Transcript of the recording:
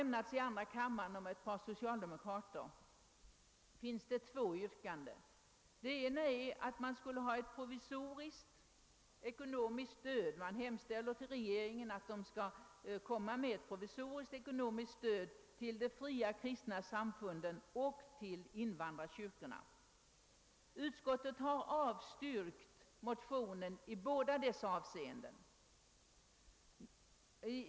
I den motion som i andra kammaren väckts av ett par socialdemokrater i detta ärende yrkas att riksdagen skall hemställa hos regeringen om ett provisoriskt stöd till de fria kristna samfunden och till invandrarkyrkorna. Utskottet har avstyrkt motionen i båda dessa avseenden.